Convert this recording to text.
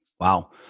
Wow